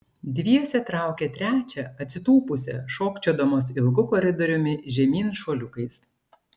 dviese traukė trečią atsitūpusią šokčiodamos ilgu koridoriumi žemyn šuoliukais